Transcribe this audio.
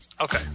Okay